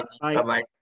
Bye-bye